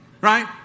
Right